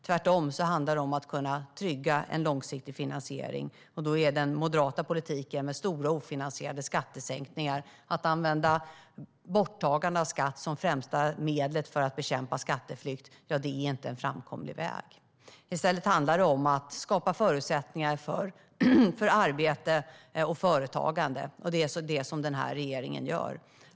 När det gäller att trygga en långsiktig finansiering är den moderata politiken med stora ofinansierade skattesänkningar och att använda borttagande av skatt som främsta medel för att bekämpa skatteflykt ingen framkomlig väg. I stället handlar det om att skapa förutsättningar för arbete och företagande, vilket denna regering gör.